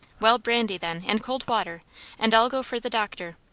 well, brandy, then, and cold water and i'll go for the doctor.